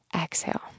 Exhale